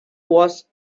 was